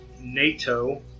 NATO